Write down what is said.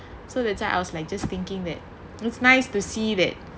so that's why I was like just thinking that it's nice to see that